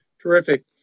Terrific